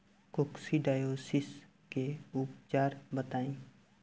Coccidiosis के उपचार बताई?